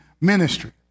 ministry